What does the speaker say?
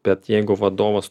bet jeigu vadovas